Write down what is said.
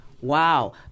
Wow